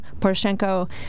Poroshenko